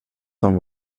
som